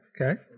okay